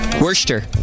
Worcester